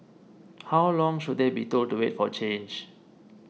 how long should they be told to wait for change